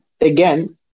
again